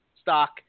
stock